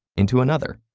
into another,